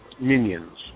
minions